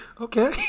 okay